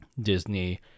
Disney